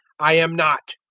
i am not,